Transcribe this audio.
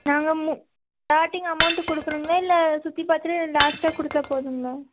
நாங்கள் மு starting amount கொடுக்கணுங்களா இல்லை சுற்றி பார்த்துட்டு லாஸ்ட்டாக கொடுத்தா போதுங்களா